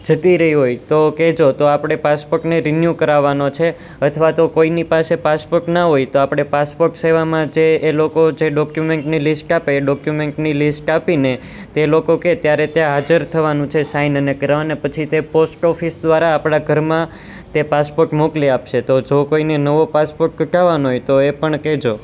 જતી રહી હોય તો કહેજો તો આપણે પાસપોર્ટને રિન્યૂ કરાવાનો છે અથવા તો કોઇની પાસે પાસપોટ ના હોય તો આપણે પાસપોટ સેવામાં જે એ લોકો જે ડોક્યુમેન્ટ ની લિસ્ટ આપે એ ડોક્યુમેન્ટની લિસ્ટ આપીને તે લોકો કહે ત્યારે ત્યાં હાજર થવાનું છે સાઇન અને કરવા અને પછી તે પોસ્ટ ઓફિસ દ્વારા આપણાં ઘરમાં તે પાસપોટ મોકલી આપશે તો જો કોઈને નવો પાસપોટ કઢાવવાનો હોય તો એ પણ કહેજો